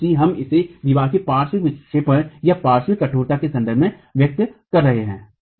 हम इसे दीवार के पार्श्व विक्षेपण या पार्श्व कठोरता के संदर्भ अभिव्यक्ति करते है